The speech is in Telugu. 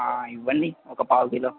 ఇవ్వండి ఒక పావు కిలో